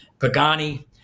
Pagani